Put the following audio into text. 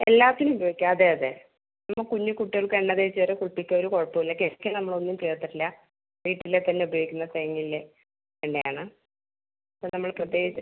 എല്ലാത്തിനും ഉപയോഗിക്കം അതെ അതെ കുഞ്ഞി കുട്ടികൾക്ക് എണ്ണ തേച്ച് വരെ കുളിപ്പിക്കാം ഒര് കുഴപ്പം ഇല്ല കെമിക്കൽ നമ്മൾ ഒന്നും ചേർത്തിട്ടില്ല വീട്ടില് തന്നെ ഉപയോഗിക്കുന്ന തെങ്ങിലെ എണ്ണ ആണ് അപ്പം നമ്മള് പ്രത്യേകിച്ച്